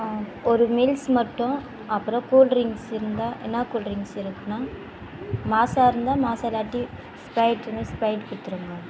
ஒரு மீல்ஸ் மட்டும் அப்புறோம் கூல்டிரிங்க்ஸ் இருந்தால் என்ன கூல்டிரிக்ஸ் இருக்குண்ணா மாஸா இருந்தால் மாஸா இல்லாட்டி ஸ்ப்ரைட் இருந்தால் ஸ்ப்ரைட் கொடுத்துடுங்க